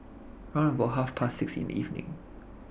round about Half Past six in The evening